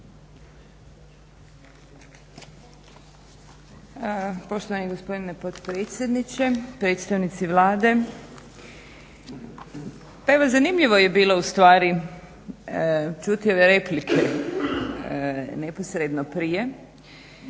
Poštovani gospodine potpredsjedniče, predstavnici Vlade. Pa evo zanimljivo je bilo ustvari čuti ove replike neposredno prije